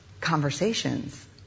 conversations